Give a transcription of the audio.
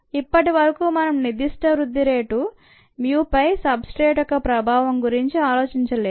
ఇప్పటివరకు మనం నిర్ధిష్ట వృద్ధి రేటు mu పై సబ్ స్ట్రేట్ యొక్క ప్రభావం గురించి ఆలోచించలేదు